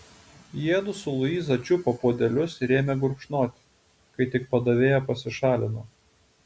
jiedu su luiza čiupo puodelius ir ėmė gurkšnoti kai tik padavėja pasišalino